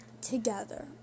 Together